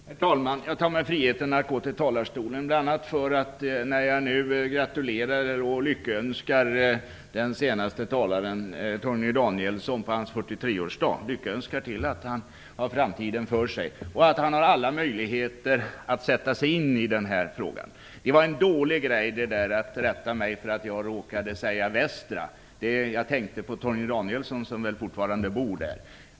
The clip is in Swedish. Herr talman! Jag tar mig friheten att gå till talarstolen, bl.a. för att gratulera och lyckönska den senaste talaren Torgny Danielsson på hans 43-årsdag. Jag lyckönskar till att han har framtiden för sig och att han har alla möjligheter att sätta sig in i denna fråga. Det var en dålig grej att rätta mig för att jag råkade säga västra Värmland. Jag tänkte på Torgny Danielsson som fortfarande bor där.